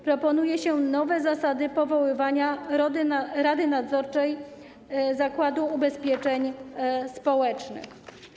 Proponuje się nowe zasady powoływania Rady Nadzorczej Zakładu Ubezpieczeń Społecznych.